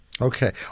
Okay